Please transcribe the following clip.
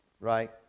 right